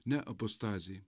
ne apostazė